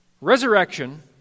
resurrection